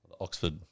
Oxford